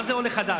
מה זה עולה חדש?